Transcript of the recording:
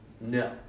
No